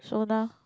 so now